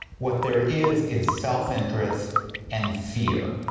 what there is is self-interest and fear.